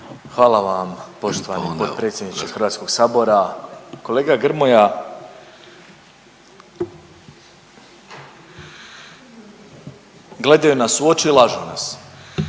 Hvala vam poštovan potpredsjedniče HS. Kolega Grmoja, gledaju nas u oči i lažu nas.